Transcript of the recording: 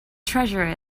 treasure